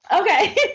Okay